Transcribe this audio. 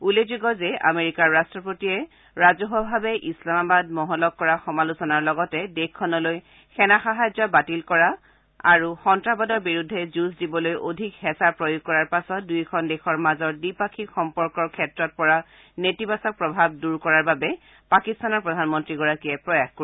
উল্লেখযোগ্য যে আমেৰিকাৰ ৰাট্টপতিয়ে ৰাজহুৱাভাৱে ইছলামাবাদ মহলক কৰা সমালোচনাৰ লগতে দেশখনলৈ সেনা সাহায্য বাতিল কৰা আৰু সন্নাসবাদৰ বিৰুদ্ধে যুঁজ দিবলৈ অধিক হেঁচা প্ৰয়োগ কৰাৰ পাছত দুয়োখন দেশৰ মাজত দ্বিপাক্ষিক সম্পৰ্কৰ ক্ষেত্ৰত পৰা নেতিবাচক প্ৰভাৱ দূৰ কৰাৰ বাবে পাকিস্তানৰ প্ৰধানমন্ত্ৰীগৰাকীয়ে প্ৰয়াস কৰিব